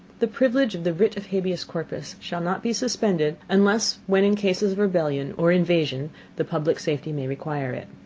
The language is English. the privilege of the writ of habeas corpus shall not be suspended, unless when in cases of rebellion or invasion the public safety may require it.